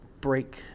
break